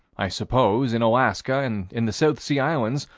i suppose, in alaska and in the south sea islands,